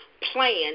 Plan